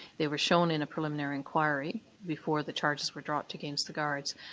they were shown in a preliminary inquiry before the charges were dropped against the guards,